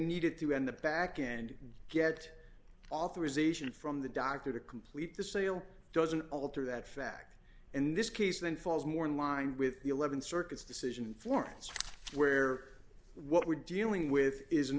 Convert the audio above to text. needed to end the back and get authorization from the doctor to complete the sale doesn't alter that fact in this case then falls more in line with the eleven circuits decision in florence where what we're dealing with is an